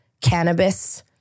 cannabis